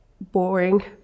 boring